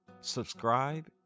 Subscribe